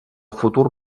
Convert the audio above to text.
futur